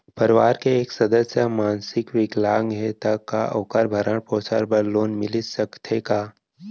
परवार के एक सदस्य हा मानसिक विकलांग हे त का वोकर भरण पोषण बर लोन मिलिस सकथे का?